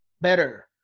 better